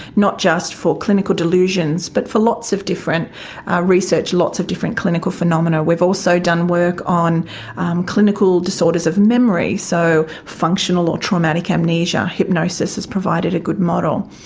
not just for clinical delusions but for lots of different research, lots of different clinical phenomena. we've also done work on clinical disorders of memory, so functional or traumatic amnesia, hypnosis has provided a good model.